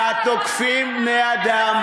ותוקפים בני-אדם,